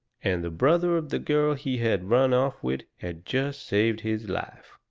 and the brother of the girl he had run off with had jest saved his life.